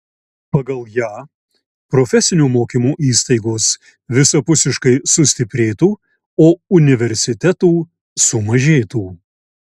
pagal ją profesinio mokymo įstaigos visapusiškai sustiprėtų o universitetų sumažėtų